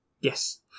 Yes